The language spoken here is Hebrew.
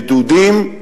מדודים,